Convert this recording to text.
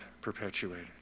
perpetuated